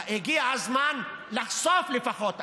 הגיע הזמן לחשוף, לפחות.